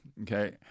okay